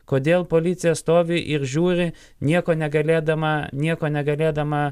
kodėl policija stovi ir žiūri nieko negalėdama nieko negalėdama